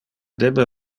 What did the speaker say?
debe